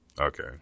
Okay